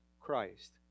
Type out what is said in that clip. Christ